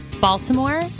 Baltimore